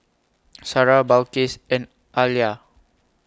Sarah Balqis and Alya